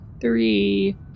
three